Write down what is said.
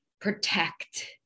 protect